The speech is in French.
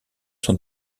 sont